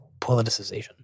politicization